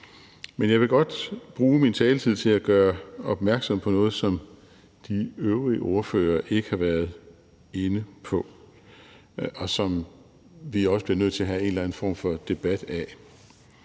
Men jeg vil godt bruge min taletid til at gøre opmærksom på noget, som de øvrige ordførere ikke har været inde på, og som vi også bliver nødt til at have en eller anden form for debat om.